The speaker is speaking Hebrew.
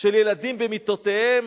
של ילדים במיטותיהם